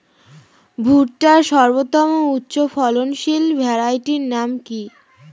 ভুট্টার সর্বোত্তম উচ্চফলনশীল ভ্যারাইটির নাম কি?